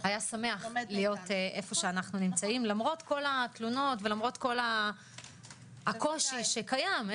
היה שמח להיות איפה שאנו נמצאים למרות כל התלונות וכל הקושי שקיים,